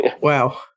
Wow